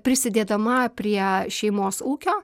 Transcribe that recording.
prisidėdama prie šeimos ūkio